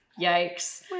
Yikes